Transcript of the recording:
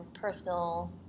personal